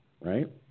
right